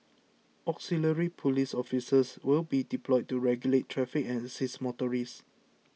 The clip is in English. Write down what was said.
auxiliary police officers will be deployed to regulate traffic and assist motorists